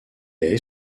est